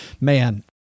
man